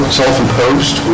self-imposed